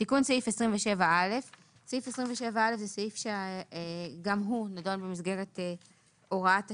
סעיף 27א הוא סעיף שגם הוא נדון במסגרת הוראת השעה,